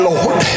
Lord